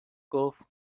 گفت